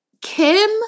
Kim